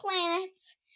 planets